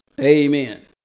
Amen